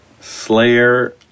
Slayer